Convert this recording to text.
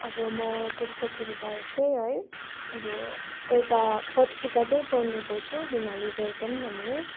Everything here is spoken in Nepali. अब म पुस्तकहरू बाहेक चाहिँ है अब एउटा पत्रिका चाहिँ पढ्ने गर्छु हिमालय दर्पण भन्ने